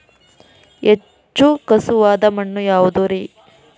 ಹೆಚ್ಚು ಖಸುವಾದ ಮಣ್ಣು ಯಾವುದು ರಿ?